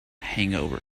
hangover